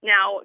Now